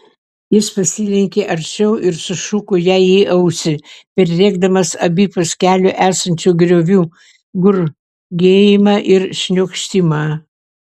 jis pasilenkė arčiau ir sušuko jai į ausį perrėkdamas abipus kelio esančių griovių gurgėjimą ir šniokštimą